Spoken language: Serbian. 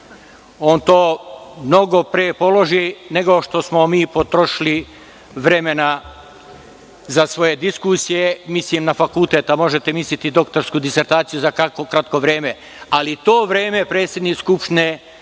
On to mnogo pre položi, nego što smo mi potrošili vremena za svoje diskusije, mislim na fakultet, a možete misliti doktorsku disertaciju za kako kratko vreme, ali to vreme predsednik Skupštine